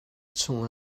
chung